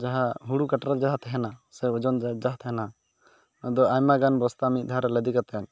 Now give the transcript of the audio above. ᱡᱟᱦᱟᱸ ᱦᱩᱲᱩ ᱠᱟᱴᱨᱟ ᱡᱟᱦᱟᱸ ᱛᱟᱦᱮᱱᱟ ᱥᱮ ᱳᱡᱚᱱ ᱡᱟᱦᱟᱸ ᱛᱟᱦᱮᱱᱟ ᱟᱫᱚ ᱟᱭᱢᱟ ᱜᱟᱱ ᱵᱚᱥᱛᱟ ᱢᱤᱫᱫᱷᱟᱣ ᱨᱮ ᱞᱟᱫᱮ ᱠᱟᱛᱮᱫ